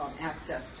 access